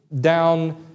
down